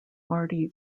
marti